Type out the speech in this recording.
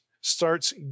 starts